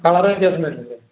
colour വ്യത്യാസം വരുന്നല്ലേ